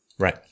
Right